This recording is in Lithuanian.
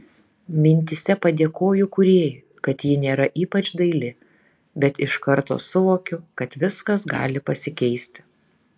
mintyse padėkoju kūrėjui kad ji nėra ypač daili bet iš karto suvokiu kad viskas gali pasikeisti